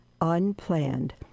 Unplanned